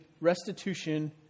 restitution